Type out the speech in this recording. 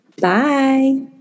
bye